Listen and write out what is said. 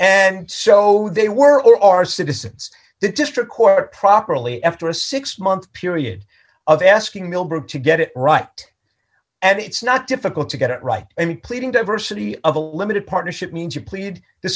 and so they were or are citizens the district court properly after a six month period of asking millbrook to get it right and it's not difficult to get it right any pleading diversity of a limited partnership means you plead the